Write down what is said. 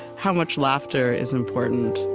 how much laughter is important